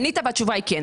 ענית והתשובה היא כן.